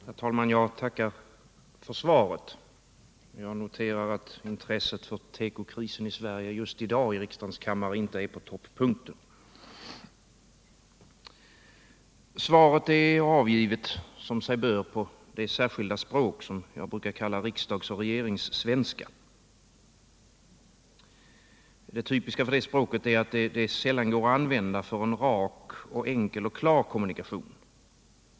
Herr talman! Jag tackar för svaret. Jag noterar att intresset för tekokrisen just i dag inte är på toppunkten i riksdagens kammare. Svaret är som sig bör avgivet på det särskilda språk som jag brukar kalla riksdagsoch regeringssvenska. Typiskt för det språket är att det sällan går att använda för en rak, enkel och klar kommunikation.